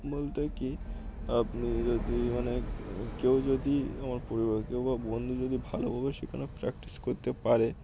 বলতে কি আপনি যদি মানে কেউ যদি আমার পরিবারের কেউ বা বন্ধু যদি ভালোভাবে সেখানে প্র্যাকটিস করতে পারে